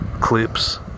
clips